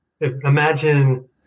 Imagine